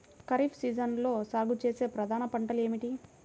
ఖరీఫ్ సీజన్లో సాగుచేసే ప్రధాన పంటలు ఏమిటీ?